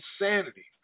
insanity